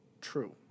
True